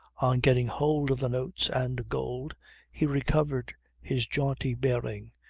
on getting hold of the notes and gold he recovered his jaunty bearing,